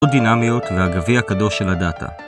ות דינמיות והגביע הקדוש של הדאטה